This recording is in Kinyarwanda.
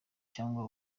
cyangwa